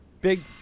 Big